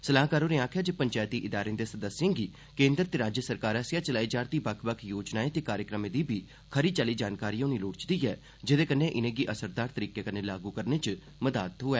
सलाहकार होरें आखेआ जे चप्ती इदारें दे सदस्यें गी केन्द्र ते राज्य सरकार आसेआ चलाई जा' रदी बक्ख बक्ख योजनाएं ते कार्यक्रमें दी बी खरी चाल्ली जानकारी होनी चाहिद जेहदे कन्न इन्नें' गी असरदार तरीके कन्न लागू करने च मदद थ्होऐ